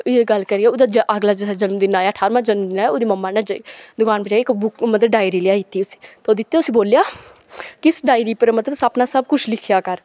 इ'यां गल्ल करियै ओह्दा जाह् अगला जन्मदिन ठारमां जनमदिन आया ओह्दी मम्मा ने दुकान उप्पर जेइयै इक बुक मतलब डायरी लेआई दित्ती उसी ते ओह् दित्ती उसी ते बोलेआ कि इस डायरी उप्पर मतलब अपना सब कुछ लिखेआ कर